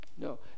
No